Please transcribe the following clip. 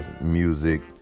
music